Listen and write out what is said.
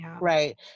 right